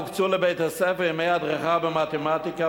הוקצו לבית-הספר ימי הדרכה במתמטיקה,